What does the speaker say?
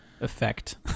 effect